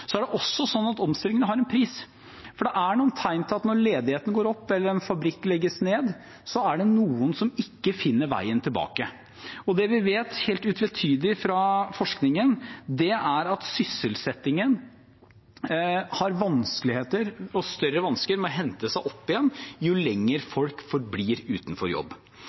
er det også sånn at omstillingene har en pris. Det er noen tegn til at når ledigheten går opp eller en fabrikk legges ned, så er det noen som ikke finner veien tilbake til arbeid. Det vi vet helt utvetydig fra forskningen, er at sysselsettingen har vanskeligheter og større vansker med å hente seg opp igjen jo lenger folk forblir uten jobb.